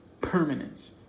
permanence